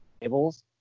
tables